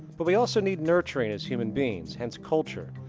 but we also need nurturing as human beings hence culture,